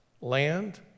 land